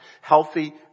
healthy